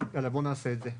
יאללה בואו נעשה את זה.